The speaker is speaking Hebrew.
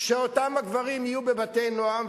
שאותם הגברים יהיו בבתים כמו "בית נועם",